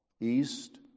east